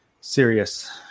serious